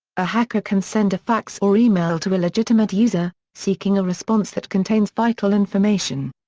a hacker can send a fax or email to a legitimate user, seeking a response that contains vital information.